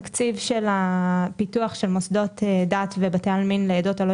התקציב לאיוש כוח האדם במועצות הדתיות לעדות הלא